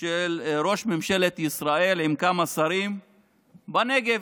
של ראש ממשלת ישראל עם כמה שרים בנגב.